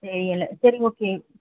தெரியலை சரி ஓகே